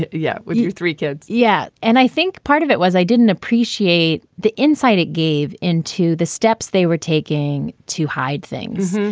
yeah, well, you're three kids. yeah. and i think part of it was i didn't appreciate the insight it gave in to the steps they were taking to hide things.